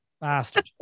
bastard